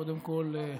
קודם כול,